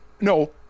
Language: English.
no